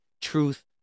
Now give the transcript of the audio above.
truth